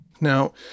Now